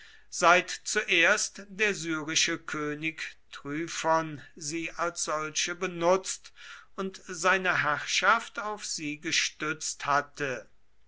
seit zuerst der syrische könig tryphon sie als solche benutzt und seine herrschaft auf sie gestützt hatte